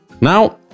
Now